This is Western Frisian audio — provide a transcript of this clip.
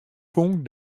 fûn